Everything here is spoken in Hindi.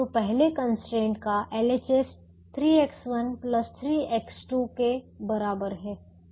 तो पहले कंस्ट्रेंट का LHS 3X1 3X2 के बराबर है